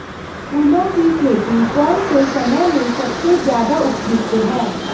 फूलों की खेती कौन से समय में सबसे ज़्यादा उपयुक्त है?